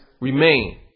remain